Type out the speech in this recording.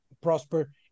prosper